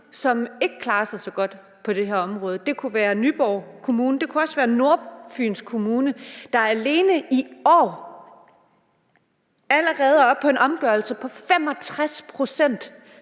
som ikke klarer sig så godt på det her område. Det kunne være Nyborg Kommune. Det kunne også være Nordfyns Kommune, der i år allerede er oppe på en omgørelsesprocent